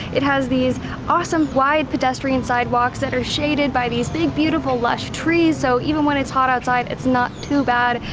it has these awesome wide pedestrian sidewalks that are shaded by these big beautiful lush trees, so even when it's hot outside it's not too bad.